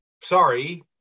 sorry